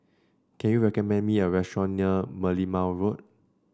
can you recommend me a restaurant near Merlimau Road